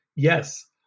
Yes